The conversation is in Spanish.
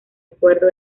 acuerdo